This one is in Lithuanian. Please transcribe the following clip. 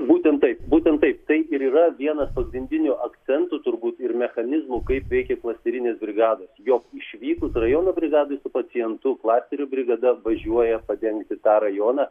būtent taip būtent taip tai ir yra vienas pagrindinių akcentų turbūt ir mechanizmų kaip veikia klasterinės brigados jog išvykus rajono brigadai su pacientu klasterių brigada važiuoja padengti tą rajoną